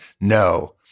no